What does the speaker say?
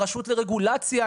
הרשות לרגולציה,